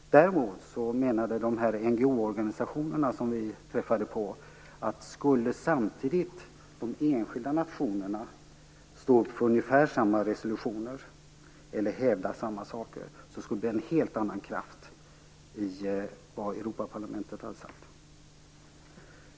Däremot menade de organisationer av NGO-typ som vi träffade att det skulle bli en helt annan kraft i Europaparlamentets resolution om de enskilda nationerna samtidigt skulle hävda ungefär samma saker.